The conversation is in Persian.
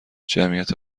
جمعیت